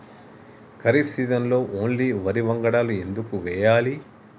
ఖరీఫ్ సీజన్లో ఓన్లీ వరి వంగడాలు ఎందుకు వేయాలి?